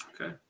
Okay